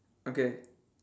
okay